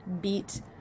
beat